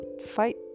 fight